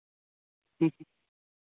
ᱦᱮᱸ